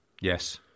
Yes